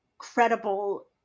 credible